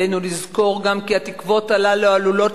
עלינו לזכור גם כי התקוות הללו עלולות